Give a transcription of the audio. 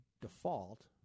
default